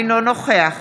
אינו נוכח